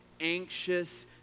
Anxious